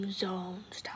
zones